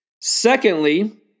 Secondly